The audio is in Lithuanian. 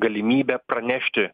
galimybę pranešti